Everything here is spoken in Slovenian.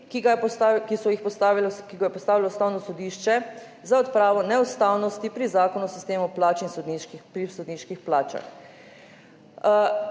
ki ga je postavilo Ustavno sodišče za odpravo neustavnosti pri zakonu o sistemu plač pri sodniških plačah.